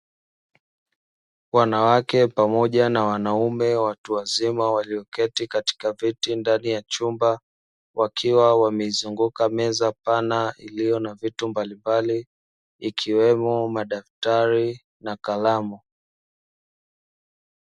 Wanawake pamoja na wanaume watu wazima walioketi katika viti ndani ya chumba wakiwa wamezunguka meza pana iliyo na vitu mbalimbali ikiwemo madaktari na kalamu.